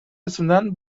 رسوندن